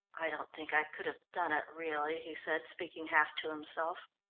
i don't think i could have done it really, he said, speaking half to himself.